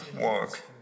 walk